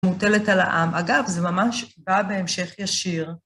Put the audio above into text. מוטלת על העם. אגב, זה ממש בא בהמשך ישיר.